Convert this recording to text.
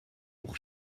pour